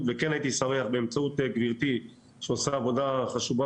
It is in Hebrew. וכן הייתי שמח באמצעות גברתי שעושה עבודה חשובה